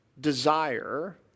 desire